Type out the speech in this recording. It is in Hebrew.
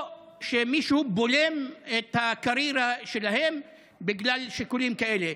או שמישהו בולם את הקריירה שלהם בגלל שיקולים כאלה.